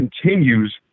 continues